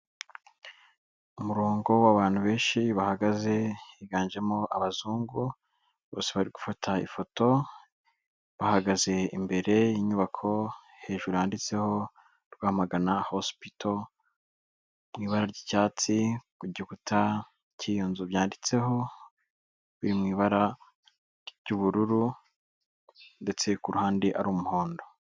Umurongo w'abantu benshi bahagaze, higanjemo abazungu bose bari gufata ifoto, bahagaze imbere y'inyubako, hejuru handitseho Rwamagana Hospital mu ibara ry'icyatsi, ku gikuta cy'iyo nzu byanditseho biri mu ibara ry'ubururu ndetse ku ruhande ari umuhondo.